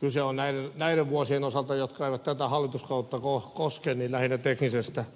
kyse on näiden vuosien osalta jotka eivät tätä hallituskautta koske lähinnä teknisestä seikasta